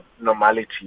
normality